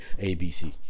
ABC